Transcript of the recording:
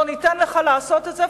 לא ניתן לך לעשות את זה.